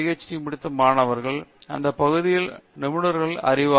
D முடித்த மாணவர்கள் அந்த பகுதியிலுள்ள நிபுணர்களை அறிந்திருக்கிறார்கள்